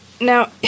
Now